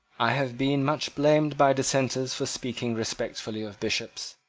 i have been much blamed by dissenters for speaking respectfully of bishops.